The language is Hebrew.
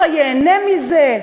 תשובה ייהנה מזה,